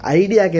idea